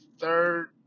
third